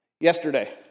Yesterday